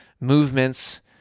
movements